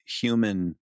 Human